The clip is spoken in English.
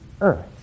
earth